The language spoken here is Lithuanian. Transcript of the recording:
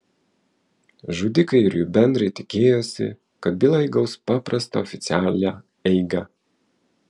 žudikai ir jų bendrai tikėjosi kad byla įgaus paprastą oficialią eigą